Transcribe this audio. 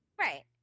Right